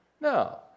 No